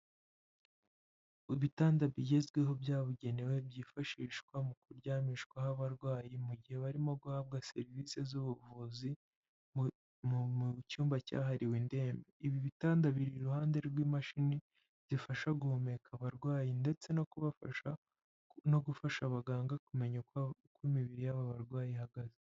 Ibitanda bigezweho byabugenewe byifashishwa mu kuryamishwaho abarwayi, mu gihe barimo guhabwa serivisi z'ubuvuzi mu cyumba cyahariwe indembe, ibi bitanda biri iruhande rw'imashini zifasha guhumeka abarwayi ndetse no kubafasha no gufasha abaganga kumenya uko, uko imibiri y'abo barwayi ihagaze.